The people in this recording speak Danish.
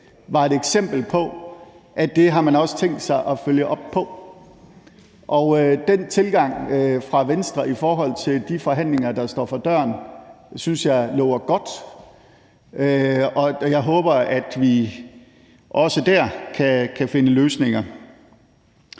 var et eksempel på, at det har man også tænkt sig at følge op på. Og den tilgang fra Venstre i forhold til de forhandlinger, der står for døren, synes jeg lover godt, og jeg håber, at vi også der kan finde løsninger.